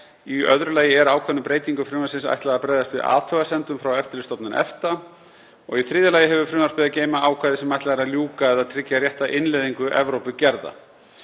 Í öðru lagi er ákveðnum breytingum frumvarpsins ætlað að bregðast við athugasemdum frá Eftirlitsstofnun EFTA. Í þriðja lagi hefur frumvarpið að geyma ákvæði sem ætlað er að ljúka eða tryggja rétta innleiðingu Evrópugerða.